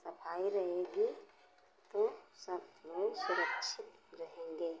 सफाई रहेगी तो सब लोग सुरक्षित रहेंगे